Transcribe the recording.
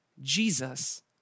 Jesus